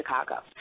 Chicago